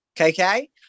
okay